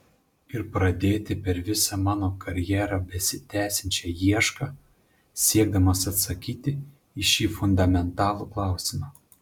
ir pradėti per visą mano karjerą besitęsiančią iešką siekdamas atsakyti į šį fundamentalų klausimą